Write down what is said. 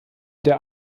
der